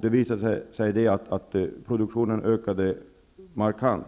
Det visade sig att produktionen ökade markant.